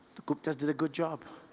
gupta's did a good job.